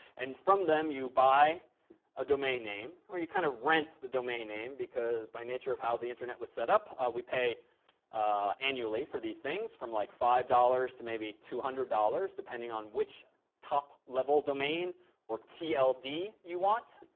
and from them you buy a domain name. or you kind of rent the domain name. because by nature of how the internet was set up, we pay annually for these things. from like five dollars to maybe two hundred dollars depending on which top level domain or tld you want.